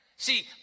See